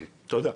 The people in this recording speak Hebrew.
תודה.